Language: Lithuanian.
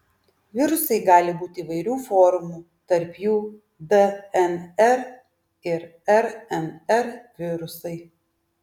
virusai gali būti įvairių formų tarp jų dnr ir rnr virusai